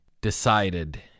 decided